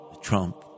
Trump